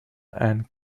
and